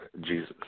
Jesus